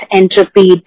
entropy